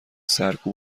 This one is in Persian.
سرکوب